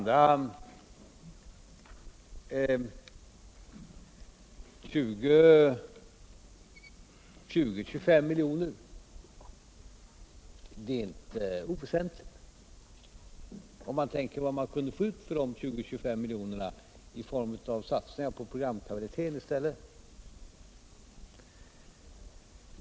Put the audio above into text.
De 20-25 miljonerna är inte heller oväsentliga om man tänker på vad man kunde få ut av de pengarna i form av satsningar på programkvaliteten : stället.